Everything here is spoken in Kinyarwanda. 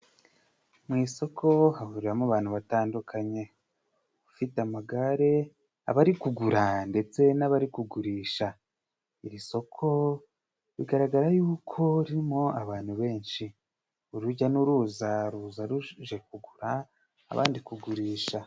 Mu isoko hahuriramo abantu batandukanye ufite amagare abari kugura ndetse n'abari kugurisha. Iri soko bigaragara yuko harimo abantu benshi, urujya n'uruza ruza ruje kugura abandi kugurisha.